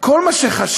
כל מה שחשבתי